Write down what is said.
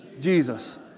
Jesus